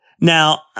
Now